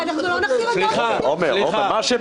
עומר, לא,